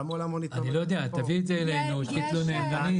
תביא את זה אלינו, שתתלונן.